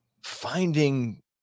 Finding